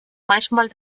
manchmal